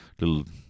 Little